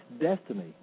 destiny